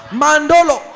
mandolo